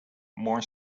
more